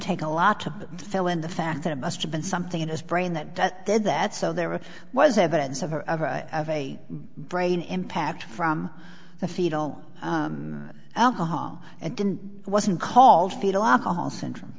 take a lot to fill in the fact that it must have been something in his brain that that did that so there was evidence of a brain impact from the fetal alcohol and didn't wasn't called fetal alcohol syndrome